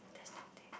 there's no table